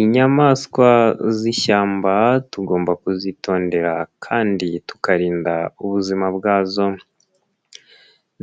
Inyamaswa z'ishyamba tugomba kuzitondera kandi tukarinda ubuzima bwazo